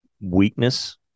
weakness